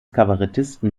kabarettisten